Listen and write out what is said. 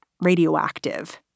radioactive